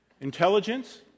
Intelligence